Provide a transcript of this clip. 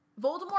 Voldemort